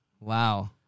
Wow